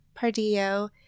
Pardillo